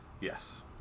Yes